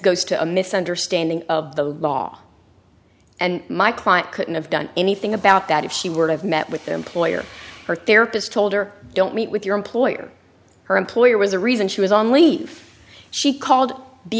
goes to a misunderstanding of the law and my client couldn't have done anything about that if she were to have met with the employer her therapist told her don't meet with your employer her employer was the reason she was on leave she called the